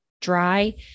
dry